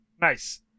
Nice